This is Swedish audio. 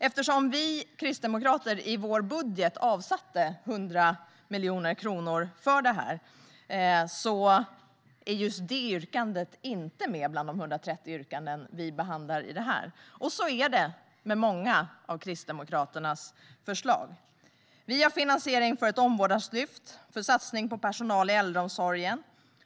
Eftersom vi kristdemokrater i vår budget avsatte 100 miljoner kronor för det här finns ett sådant yrkande inte med bland de 130 yrkanden som vi behandlar i dagens betänkande. Så här är det med många av Kristdemokraternas förslag. Vi har finansiering för ett omvårdnadslyft och för en satsning på personal i äldreomsorgen.